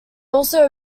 also